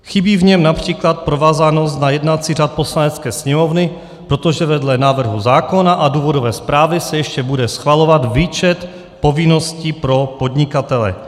Chybí v něm například provázanost na jednací řád Poslanecké sněmovny, protože vedle návrhu zákona a důvodové zprávy se ještě bude schvalovat výčet povinností pro podnikatele.